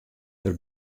der